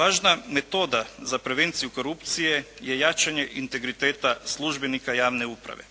Važna metoda za prevenciju korupcije je jačanje integriteta službenika javne uprave.